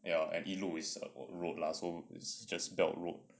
ya and 一路 is road lah so it's just belt road